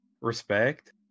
Respect